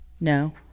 No